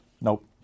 Nope